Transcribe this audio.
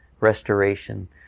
restoration